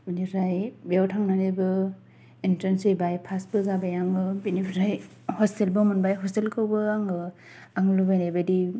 बिनिफ्राय बेयाव थांनानैबो इन्ट्रेन्स हैबाय पासबो जाबाय आङो बिनिफ्राय हस्टेलबो मोनबाय हस्टेलखौबो आङो आं लुबैनाय बायदि